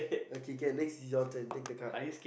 okay can next is your turn take the card